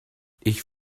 ich